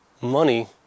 money